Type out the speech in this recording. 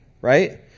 right